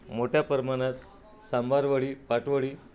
मोठ्या प्रमाणात सांबारवडी पाटवडी